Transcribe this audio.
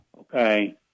Okay